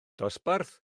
dosbarth